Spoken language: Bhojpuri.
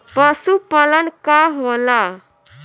पशुपलन का होला?